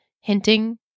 hinting